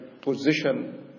position